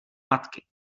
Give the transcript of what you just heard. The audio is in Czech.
matky